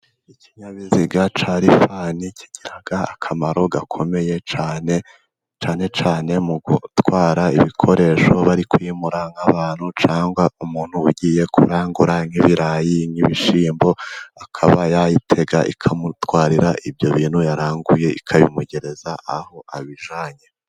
Ikinyabiziga cya rifani kigira akamaro gakomeye cyane, cyane cyane mu gutwara ibikoresho bari kwimura nk'abantu cyangwa umuntu ugiye kurangura nk'ibirayi, nk'ibishyimbo, akaba yayitega ikamutwarira ibyo bintu yaranguye, ikabimugereza aho abijyanye.